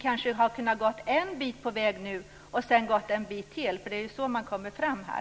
Kanske har vi nu kunnat komma en bit på vägen för att sedan gå en bit till. Det är ju så man kommer fram här.